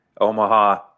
Omaha